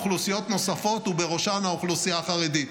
אוכלוסיות נוספות ובראשן האוכלוסייה החרדית.